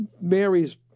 Mary's